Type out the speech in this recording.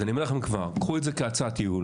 אז אני אומר לכם כבר: קחו את זה כהצעת ייעול.